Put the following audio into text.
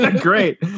Great